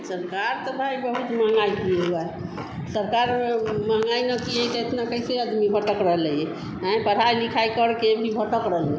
सरकार तो भाई बहुत महँगाई किए हुआ है सरकार महँगाई ना किए तो इतना कैसे अदमी भटक रह लई अएं पढ़ाई लिखाई करके भी भटक रहिली